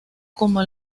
como